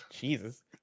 Jesus